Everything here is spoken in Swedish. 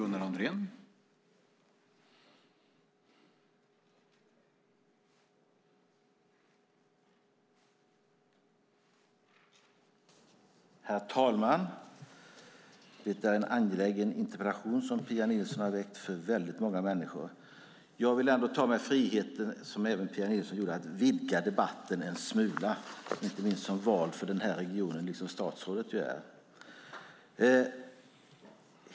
Herr talman! Det är en angelägen interpellation för många människor som Pia Nilsson har ställt. Jag vill ta mig friheten, vilket även Pia Nilsson gjorde, att vidga debatten en smula, inte minst som vald för den här regionen, liksom statsrådet är.